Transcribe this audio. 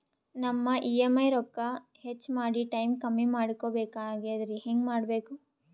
ನಮ್ಮ ಇ.ಎಂ.ಐ ರೊಕ್ಕ ಹೆಚ್ಚ ಮಾಡಿ ಟೈಮ್ ಕಮ್ಮಿ ಮಾಡಿಕೊ ಬೆಕಾಗ್ಯದ್ರಿ ಹೆಂಗ ಮಾಡಬೇಕು?